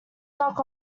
knock